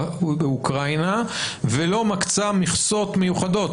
באוקראינה ולא מקצה מכסות מיוחדות,